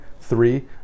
three